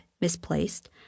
misplaced